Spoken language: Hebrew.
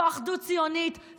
זו אחדות ציונית,